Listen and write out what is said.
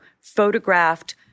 photographed